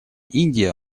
индия